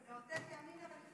לאותת ימינה ולפנות שמאלה.